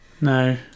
No